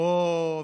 אוה,